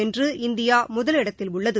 வென்று இந்தியா முதலிடத்தில் உள்ளது